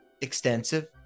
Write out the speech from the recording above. extensive